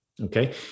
Okay